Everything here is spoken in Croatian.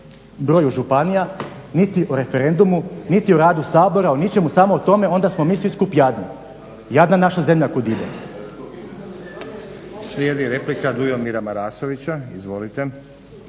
broju županija niti o referendumu niti o radu Sabora, o ničemu samo o tome onda smo mi svi skupa jadni. Jadna naša zemlja kuda ide.